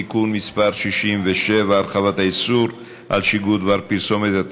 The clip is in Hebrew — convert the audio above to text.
(תיקון מס' 67) (הרחבת האיסור על שיגור דבר פרסומת),